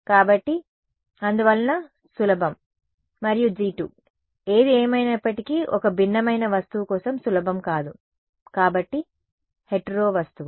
కాబట్టి అందువలన సులభం మరియు G2 ఏది ఏమైనప్పటికీ ఒక భిన్నమైన వస్తువు కోసం సులభం కాదు కాబట్టి హెటెరో వస్తువు